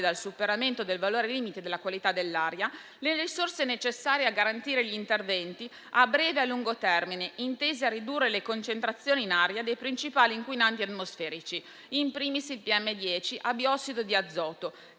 dal superamento del valore limite della qualità dell'aria, le risorse necessarie a garantire gli interventi a breve e lungo termine, intesi a ridurre le concentrazioni in aria dei principali inquinanti atmosferici, *in primis* il PM10 e il biossido di azoto,